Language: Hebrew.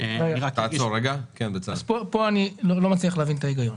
כאן אני לא מצליח להבין את ההיגיון.